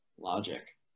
logic